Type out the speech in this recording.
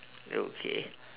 okay